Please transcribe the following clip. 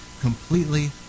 completely